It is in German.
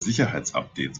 sicherheitsupdates